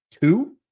two